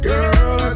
Girl